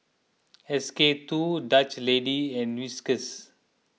S K two Dutch Lady and Whiskas